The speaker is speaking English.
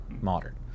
modern